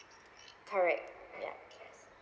correct ya